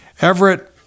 Everett